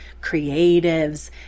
creatives